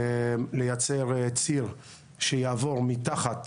לייצר ציר שיעבור מתחת